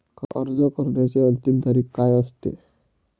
अर्ज करण्याची अंतिम तारीख काय असते?